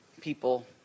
people